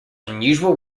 unusual